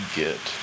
get